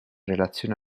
relazione